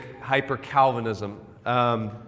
hyper-Calvinism